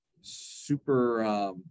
super